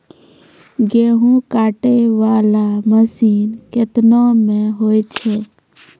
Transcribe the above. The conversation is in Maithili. गेहूँ काटै वाला मसीन केतना मे होय छै?